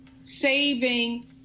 saving